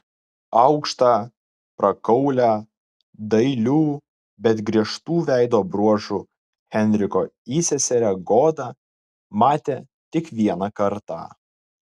aukštą prakaulią dailių bet griežtų veido bruožų henriko įseserę goda matė tik vieną kartą